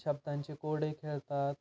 शब्दांचे कोडे खेळतात